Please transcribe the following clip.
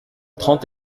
trente